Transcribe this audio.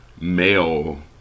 male